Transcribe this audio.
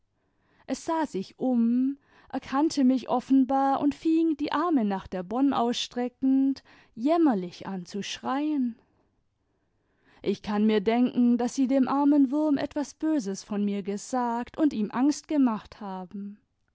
es sah sich um erkannte mich offenbar und fing die arme nach der bonne ausstreckend jämmerlich an zu schreien ich kann nur denken daß sie dem armen wurm etwas böses von mir gesagt und ihm angst gemacht haben